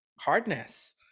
hardness